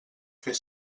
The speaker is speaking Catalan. fer